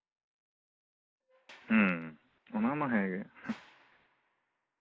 ᱦᱩᱸ ᱚᱱᱟ ᱢᱟ ᱦᱮᱸᱜᱮ ᱦᱮᱸ